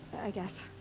i guess.